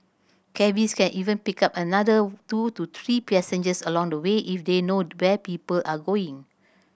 cabbies can even pick up another two to three passengers along the way if they know where people are going